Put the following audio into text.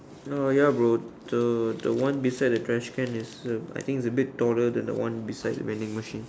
no ya but the the one beside the trash can is sab I think it a bit taller than the one beside the vending machine